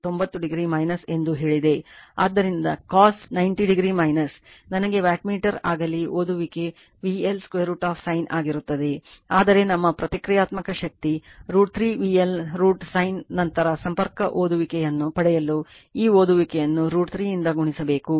ಆದ್ದರಿಂದ cos 90 o ನನಗೆ wattmeter ಆಗಲಿ ಓದುವಿಕೆ VL √ sin ಆಗಿರುತ್ತದೆ ಆದರೆ ನಮ್ಮ ಪ್ರತಿಕ್ರಿಯಾತ್ಮಕ ಶಕ್ತಿ √ 3 VL √ sin ನಂತರ ಸಂಪರ್ಕ ಓದುವಿಕೆಯನ್ನು ಪಡೆಯಲು ಈ ಓದುವಿಕೆಯನ್ನು √ 3 ಇಂದ ಗುಣಿಸಬೇಕು